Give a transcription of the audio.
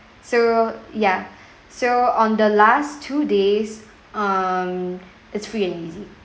so ya so on the last two days um it's free and easy